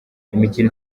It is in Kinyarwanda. imikino